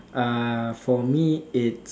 uh for me it's